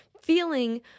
feeling